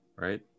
right